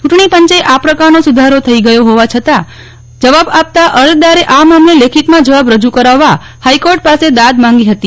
યુંટણીપંચે આ પ્રકારનો સુધારો થઇ ગયો હોવા અંગે જવાબ આપતા અરજદારે આ મામલે લેખિતમાં જવાબ રજુ કરાવવા હાઇકોર્ટ પાસે દાદ માંગી હતી